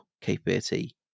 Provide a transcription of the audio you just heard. capability